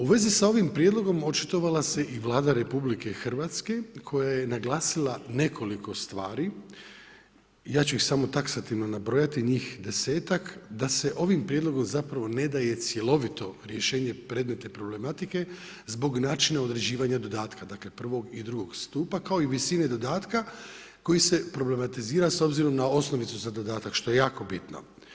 U vezi sa ovim prijedlogom očitovala se i Vlada RH koja je naglasila nekoliko stvari, ja ću ih samo taksativno nabrojati njih desetak, da se ovim prijedlogom ne daje cjelovito rješenje predmetne problematike zbog načina određivanja dodatka, dakle prvog i drugog stupa kao i visine dodatka koji se problematizira s obzirom na osnovicu za dodatak što je jako bitno.